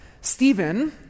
Stephen